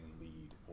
lead